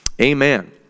amen